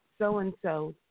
so-and-so